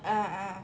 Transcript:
ah ah